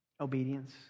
obedience